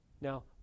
Now